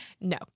no